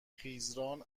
خیزران